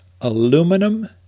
aluminum